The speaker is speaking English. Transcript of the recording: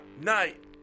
night